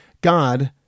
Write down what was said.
God